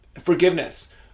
forgiveness